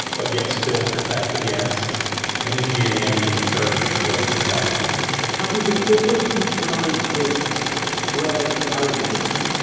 but yet still protect against initiating any new surge of infections have we been overly concerned with spread out of doors?